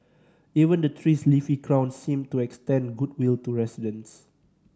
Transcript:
even the tree's leafy crown seemed to extend goodwill to residents